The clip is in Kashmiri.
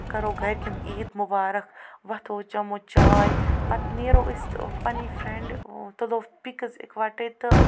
کرو گرکٮ۪ن عیٖد مُبارَک ۄتھاو چٮ۪مو چاے پَتہٕ نٮ۪رو أسۍ پَنٕنٮ۪و فرنڈ تُلو پِکٔس اِکہٕ وَٹٕے تہٕ